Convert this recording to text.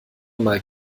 mal